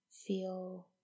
Feel